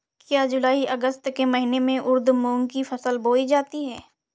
क्या जूलाई अगस्त के महीने में उर्द मूंग की फसल बोई जाती है?